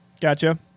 Gotcha